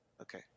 Okay